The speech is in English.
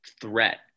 threat